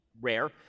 rare